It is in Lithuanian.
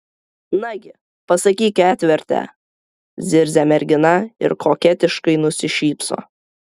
nagi pasakyk ketverte zirzia mergina ir koketiškai nusišypso